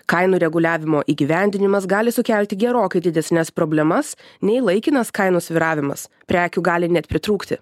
kainų reguliavimo įgyvendinimas gali sukelti gerokai didesnes problemas nei laikinas kainų svyravimas prekių gali net pritrūkti